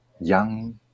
young